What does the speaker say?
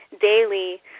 daily